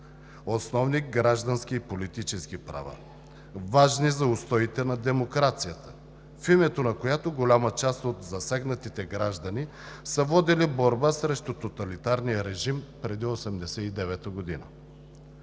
основни граждански и политически права, важни за устоите на демокрацията, в името на която голяма част от засегнатите граждани са водили борба срещу тоталитарния режим преди 1989 г.